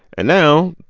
and now,